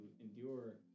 endure